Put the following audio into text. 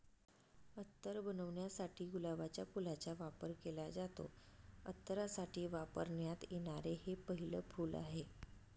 अत्तर बनवण्यासाठी गुलाबाच्या फुलाचा वापर केला जातो, अत्तरासाठी वापरण्यात येणारे हे पहिले फूल आहे